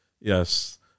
Yes